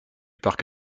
parc